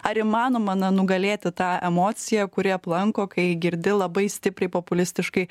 ar įmanoma na nugalėti tą emociją kuri aplanko kai girdi labai stipriai populistiškai